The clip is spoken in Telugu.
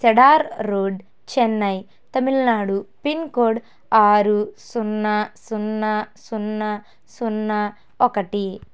cedar road Chennai Tamil Nadu pincode ఆరు సున్నా సున్నా సున్నా సున్నా ఒకటి